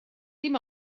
dim